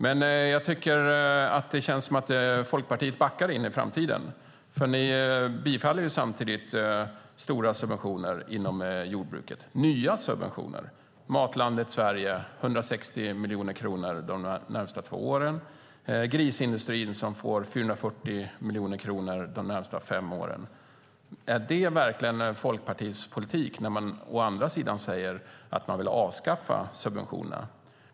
Men det känns som att Folkpartiet backar in i framtiden, för ni tillstyrker samtidigt stora nya subventioner inom jordbruket. Matlandet Sverige satsar man 160 miljoner kronor på under de närmaste två åren. Grisindustrin får 440 miljoner kronor under de närmaste fem åren. Är det verkligen Folkpartiets politik, när ni å andra sidan säger att ni vill avskaffa subventionerna?